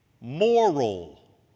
moral